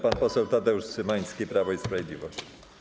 Pan poseł Tadeusz Cymański, Prawo i Sprawiedliwość.